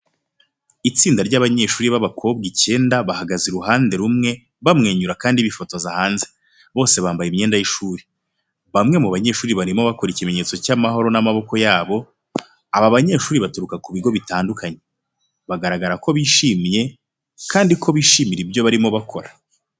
Itsinda ry'abanyeshuri b'abakobwa icyenda bahagaze iruhande rumwe bamwenyura kandi bifotoza hanze. Bose bambaye imyenda y'ishuri. Bamwe mu banyeshuri barimo bakora ikimenyetso cy'amahoro n'amaboko yabo, aba banyeshuri baturuka ku bigo bitandukanye. Bagaragara ko bishimye, kandi ko bishimira ibyo barimo bakora.